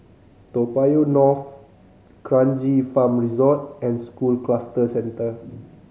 Toa Payoh North Kranji Farm Resort and School Cluster Centre